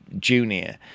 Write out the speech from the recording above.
junior